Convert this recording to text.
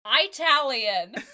Italian